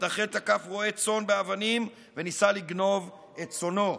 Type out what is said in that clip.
מתנחל תקף רועה צאן באבנים וניסה לגנוב את צאנו.